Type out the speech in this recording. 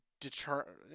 determine